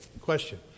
question